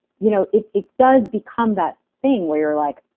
you know it it does become that thing where you're like,